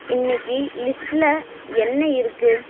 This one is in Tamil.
இன்றைக்கி லிஸ்ட்டில் என்ன இருக்குது